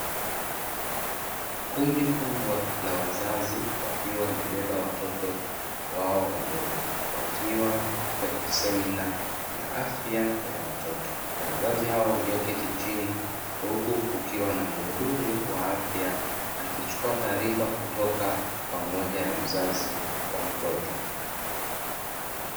Kundi kubwa la wazazi wakiwa wamebeba watoto wao wadogo wakiwa kwenye semina ya afya ya watoto, wazazi hao walioketi chini huku kukiwa na muhudumu wa afya akichukua taarifa kutoka kwa mmoja ya mzazi wa mtoto.